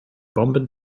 bomben